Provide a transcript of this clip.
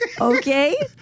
Okay